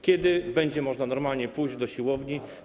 Kiedy będzie można normalnie pójść na siłownię?